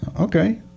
okay